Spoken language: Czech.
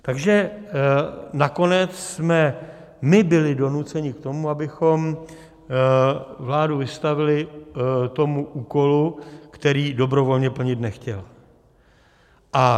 Takže nakonec jsme my byli donuceni, abychom vládu vystavili tomu úkolu, který dobrovolně plnit nechtěla.